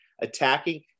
attacking